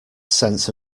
sense